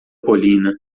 colina